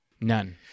None